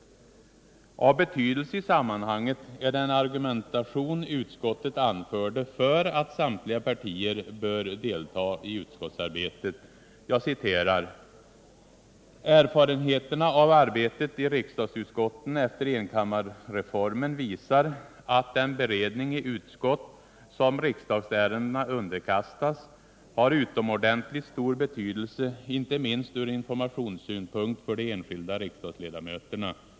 Av betydelse i sammanhanget är den argumentation utskottet anförde för att samtliga partier bör delta i utskottsarbetet: ”Erfarenheterna av arbetet i riksdagsutskotten efter enkammarreformen visar att den beredning i utskott som riksdagsärendena underkastas har utomordentligt stor betydelse inte minst ur informationssynpunkt för de enskilda riksdagsledamöterna.